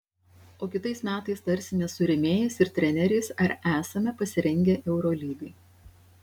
o kitais metais tarsimės su rėmėjais ir treneriais ar esame pasirengę eurolygai